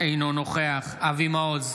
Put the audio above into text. אינו נוכח אבי מעוז,